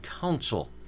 Council